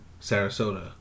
Sarasota